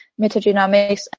metagenomics